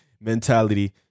mentality